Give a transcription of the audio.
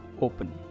open